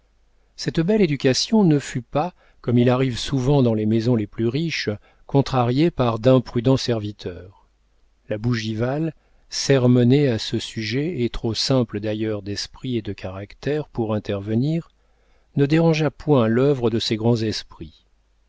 cette belle éducation ne fut pas comme il arrive souvent dans les maisons les plus riches contrariée par d'imprudents serviteurs la bougival sermonnée à ce sujet et trop simple d'ailleurs d'esprit et de caractère pour intervenir ne dérangea point l'œuvre de ces grands esprits